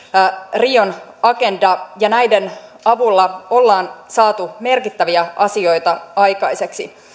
rion agenda ja näiden avulla on saatu merkittäviä asioita aikaiseksi